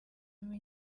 amenye